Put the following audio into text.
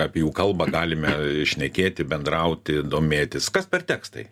apie jų kalbą galime šnekėti bendrauti domėtis kas per tekstai